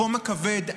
החום הכבד,